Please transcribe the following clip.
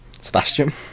Sebastian